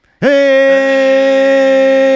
Hey